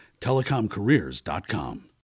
Telecomcareers.com